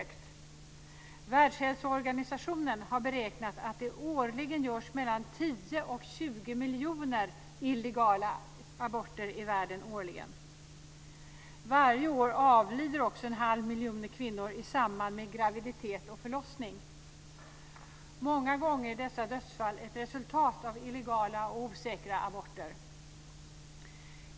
Världshälsoorganisationen har beräknat att det årligen görs mellan 10 och 20 miljoner illegala aborter årligen i världen. Varje år avlider också en halv miljon kvinnor i samband med graviditet och förlossning. Många gånger är dessa dödsfall ett resultat av illegala och osäkra aborter.